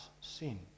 sin